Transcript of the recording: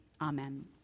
amen